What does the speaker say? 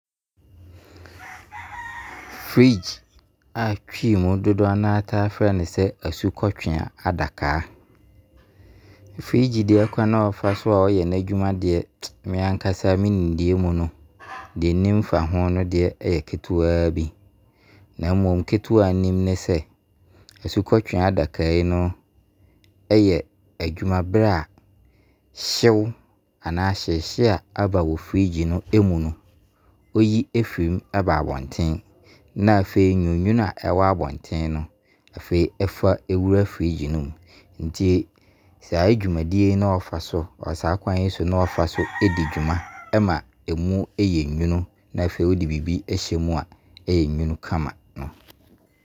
fridge a twi mu dodoɔ no a taa frɛ no sɛ asukɔtwea adakaa. Fridge deɛ kwan a ɔfa so a ɛyɛ adwuma deɛ me ankasa me nimdeɛ mu no, deɛ nnim fa ho deɛ ɛyɛ ketewa a bi. Na mmom ketewa a menim ne sɛ asukɔtwea adakaa yi no ɛyɛ adwuma berɛ a hyew anaa hyehyee a aba wɔ fridge no ɛmu no ɔyi firi mu ɛba abontene. Na afei nwununwunu a ɔwɔ abontene no afei ɛfa ɛwura fridge no mu. Nti saa dwumadie yi na ɔfa so, saa kwan yi na ɔfa so di dwuma ɛma mu ɛyɛ nwunu. Na afei, wo de biribi ɛhyɛ mu a ɛyɛ nwunu kama no